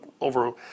over